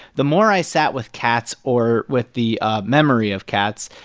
the more i sat with cats or with the memory of cats,